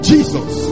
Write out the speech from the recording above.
Jesus